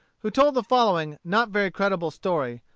who told the following not very creditable story,